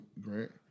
grant